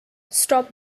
stop